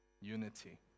unity